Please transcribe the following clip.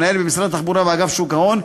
המנהל במשרד התחבורה ואגף שוק ההון,